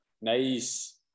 Nice